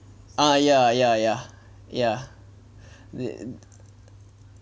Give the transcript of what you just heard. ah ya ya ya ya